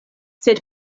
sed